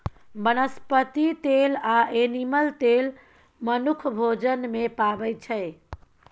बनस्पति तेल आ एनिमल तेल मनुख भोजन मे पाबै छै